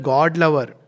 God-lover